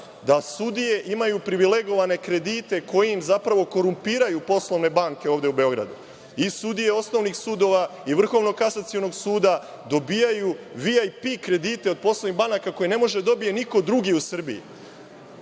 da sudije imaju privilegovane kredite, koje im zapravo korumpiraju poslovne banke ovde u Beogradu. I sudije osnovnih sudova, i Vrhovnog kasacionog suda, dobijaju VIP kredite od poslovnih banaka, koje ne može da dobije niko drugi u Srbiji. Šta